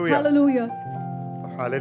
Hallelujah